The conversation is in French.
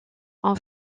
ont